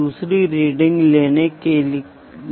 माप के लिए रेशनल मेथड क्या हैं